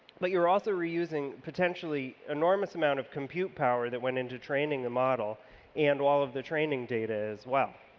but you're also reusing potentially enormous amount of compute power that went into training the model and all of the training data as well